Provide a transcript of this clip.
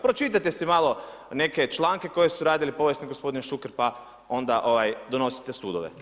Pročitajte si malo neke članke koje su radili povijesni gospodine Šuker, pa onda donosite sudove.